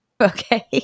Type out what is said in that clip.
Okay